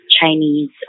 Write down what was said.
Chinese